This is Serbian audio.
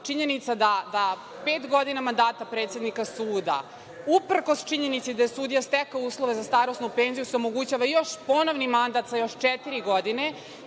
činjenica je da pet godina mandata predsednika suda uprkos činjenici da je sudija stekao uslove za starosnu penziju omogućava se ponovni mandat na još četiri godine,